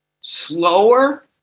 slower